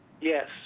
yes